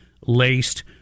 laced